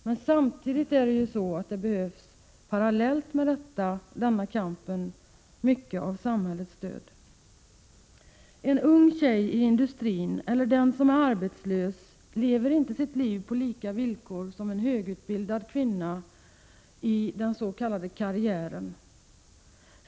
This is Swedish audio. Men samtidigt behövs, parallellt med denna kamp, mycket av samhällets stöd. En ung tjej i industrin, eller den som är arbetslös, lever inte sitt liv på lika villkor som en högutbildad kvinna i ”karriären”.